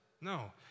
No